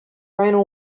rhino